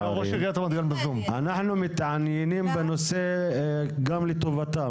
אנחנו מתעניינים בנושא גם לטובתם,